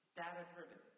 data-driven